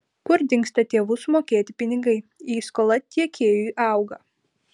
kur dingsta tėvų sumokėti pinigai jei skola tiekėjui auga